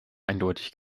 eindeutig